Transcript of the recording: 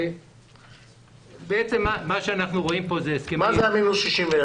מה זה המינוס 61?